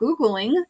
googling